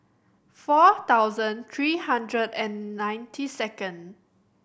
four thousand three hundred and ninety second